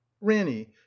ranny